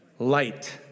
light